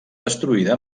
destruïda